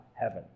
heaven